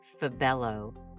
Fabello